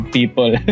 people